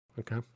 Okay